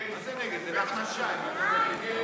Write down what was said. ההסתייגות של חבר הכנסת נחמן